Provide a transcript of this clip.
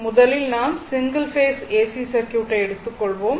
முதலில் நாம் single phase AC circuit ஐ எடுத்துக் கொள்வோம்